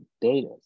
data